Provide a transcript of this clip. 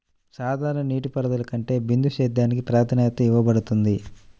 సాధారణ నీటిపారుదల కంటే బిందు సేద్యానికి ప్రాధాన్యత ఇవ్వబడుతుంది